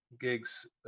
gigs